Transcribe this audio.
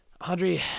Audrey